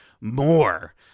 more